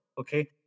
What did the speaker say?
okay